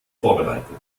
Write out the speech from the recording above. vorbereitet